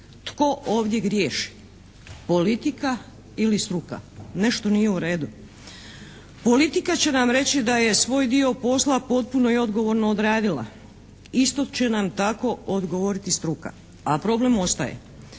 tko ovdje griješi, politika ili struka. Nešto nije u redu. Politika će nam reći da je svoj dio posla potpuno i odgovorno odradila. Isto će nam tako odgovoriti struka, a problem ostaje.